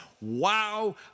Wow